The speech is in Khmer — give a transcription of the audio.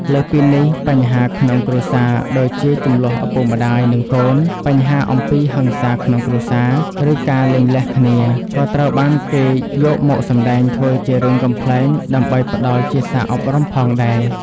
លើសពីនេះ បញ្ហាក្នុងគ្រួសារដូចជាជម្លោះឪពុកម្ដាយ និងកូន បញ្ហាអំពើហិង្សាក្នុងគ្រួសារ ឬការលែងលះគ្នា ក៏ត្រូវបានគេយកមកសម្ដែងធ្វើជារឿងកំប្លែងដើម្បីផ្ដល់ជាសារអប់រំផងដែរ។